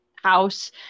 house